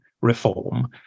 reform